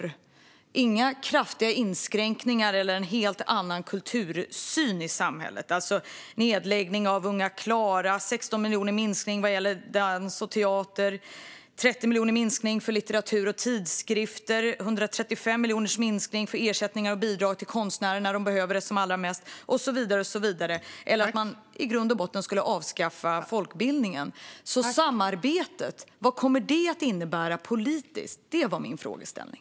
Det är inga kraftiga inskränkningar eller någon helt annan kultursyn i samhället, alltså nedläggning av Unga Klara, 16 miljoner i minskning vad gäller dans och teater, 30 miljoner i minskning för litteratur och tidskrifter och 135 miljoner i minskning för ersättning och bidrag till konstnärer när de behöver det som allra mest och så vidare. Det är inte heller att man i grund och botten vill avskaffa folkbildningen. Vad kommer samarbetet att innebära politiskt? Det var min frågeställning.